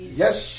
yes